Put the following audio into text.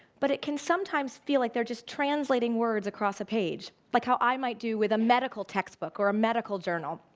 but it can sometimes feel like they're just translating words across a page, like how i might do with a medical textbook or a medical journal.